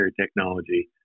technology